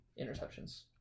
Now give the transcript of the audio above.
interceptions